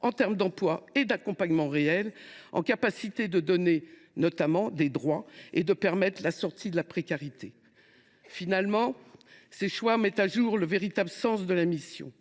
en termes d’emplois et d’accompagnement réel, ainsi que leur capacité à donner des droits et à permettre la sortie de la précarité. Finalement, ces choix mettent au jour le véritable sens de la mission